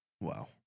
Wow